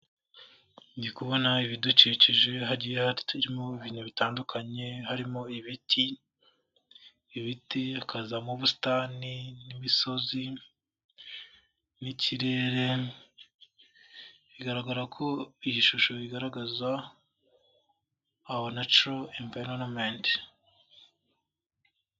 Ndikubona ibidukikije, hagiye harimo ibintu bitandukanye, harimo ibiti, ibiti hakazamo ubusitani n'imisozi n'ikirere bigaragara ko iyi shusho igaragaza awa naco imvayinometi.